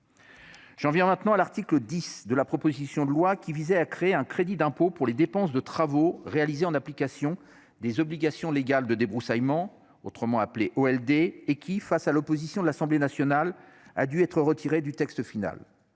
J'en viens maintenant à l'article 10 de la proposition de loi qui visait à créer un crédit d'impôt pour les dépenses de travaux réalisés en application des obligations légales de débroussaillement autrement appelé au. Et qui, face à l'opposition de l'Assemblée nationale a dû être retiré du texte final.